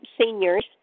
seniors